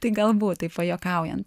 tai galbūt taip pajuokaujant